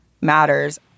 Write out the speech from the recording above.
matters